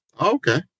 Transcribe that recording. Okay